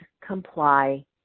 comply